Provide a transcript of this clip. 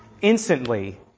instantly